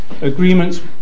agreements